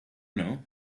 know